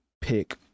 pick